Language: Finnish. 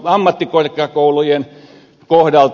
ammattikorkeakoulujen kohdalta